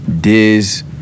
Diz